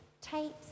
tapes